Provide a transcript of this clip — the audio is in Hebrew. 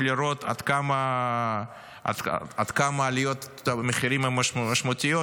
לראות עד כמה עליות המחירים הן משמעותיות,